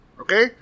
Okay